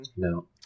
No